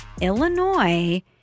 Illinois